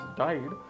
died